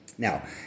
Now